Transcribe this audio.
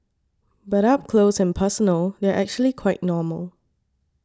but up close and personal they're actually quite normal